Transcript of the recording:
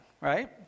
right